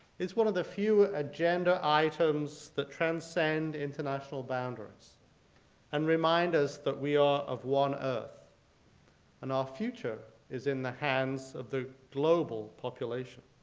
it's one of the few agenda items that transcend international boundaries and remind us that we are of one earth and our future is in the hands of the global population.